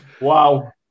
Wow